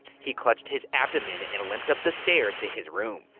he clutched his abdomen and limped up the stairs to his room.